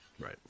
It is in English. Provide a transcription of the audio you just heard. Right